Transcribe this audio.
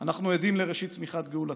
אנחנו עדים לראשית צמיחת גאולתנו,